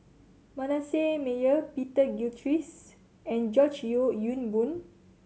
Manasseh Meyer Peter Gilchrist and George Yeo Yong Boon